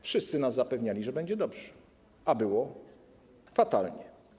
Wszyscy nas zapewniali, że będzie dobrze, a było fatalnie.